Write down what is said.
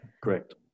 Correct